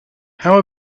how